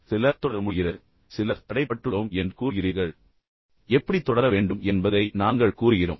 எங்களால் தொடர முடிகிறது என்று கூறுகிறீர்கள் ஓரிரண்டு பேர் நாங்கள் தடைபட்டுள்ளோம் என்று கூறுகிறீர்கள் எப்படி தொடர வேண்டும் என்பதை நாங்கள் கூறுகிறோம்